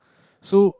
so